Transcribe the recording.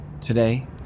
Today